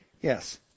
Yes